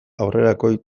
aurrerakoi